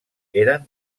eren